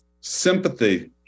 sympathy